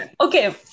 Okay